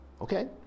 Okay